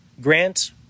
grant